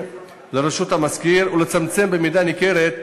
שעומדים לרשות המשכיר ולצמצם במידה ניכרת,